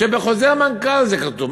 שבחוזר מנכ"ל זה כתוב?